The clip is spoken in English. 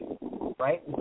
right